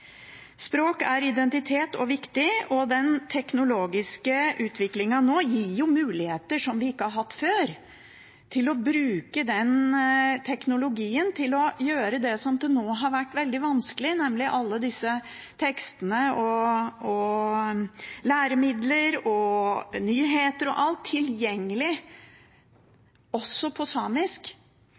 Språk er identitet og viktig, og den teknologiske utviklingen nå gir oss muligheter som vi ikke har hatt før, til å bruke den teknologien til å gjøre det som til nå har vært veldig vanskelig, nemlig å gjøre alle disse tekstene, læremidler og nyheter og alt, tilgjengelig også på samisk.